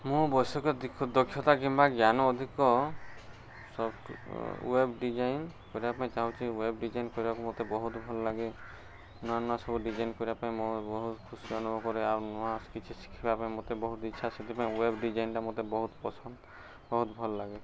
ମୁଁ ବୈଷୟିକ ଦକ୍ଷତା କିମ୍ବା ଜ୍ଞାନ ଅଧିକ ସଫ୍ଟ ୱେବ ଡିଜାଇନ୍ କରିବା ପାଇଁ ଚାହୁଁଛି ୱେବ ଡିଜାଇନ୍ କରିବାକୁ ମୋତେ ବହୁତ ଭଲଲାଗେ ନୂଆ ନୂଆ ସବୁ ଡିଜାଇନ୍ କରିବା ପାଇଁ ମୁଁ ବହୁତ ଖୁସି ଅନୁଭବ କରେ ଆଉ ନୂଆ କିଛି ଶିଖିବା ପାଇଁ ମୋତେ ବହୁତ ଇଚ୍ଛା ସେଥିପାଇଁ ୱେବ ଡିଜାଇନଟା ମୋତେ ବହୁତ ପସନ୍ଦ ବହୁତ ଭଲଲାଗେ